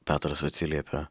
petras atsiliepia